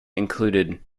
included